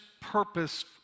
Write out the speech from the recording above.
purpose